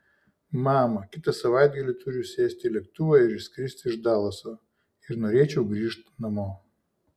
mama kitą savaitgalį turiu sėsti į lėktuvą ir išskristi iš dalaso ir norėčiau grįžt namo